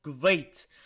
great